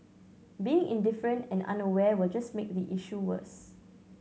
being indifferent and unaware will just make the issue worse